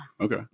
Okay